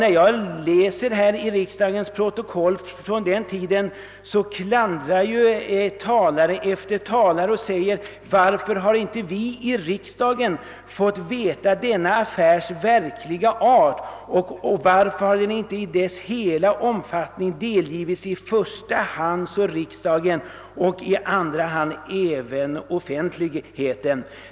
När jag läser i riksdagens protokoll från den tiden, finner jag att talare efter talare i klandrande ton frågar: Varför har vi inte i riksdagen fått veta denna affärs verkliga art och varför har den inte i hela sin omfattning delgivits i första hand riksdagen och i andra hand även offentligheten?